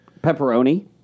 Pepperoni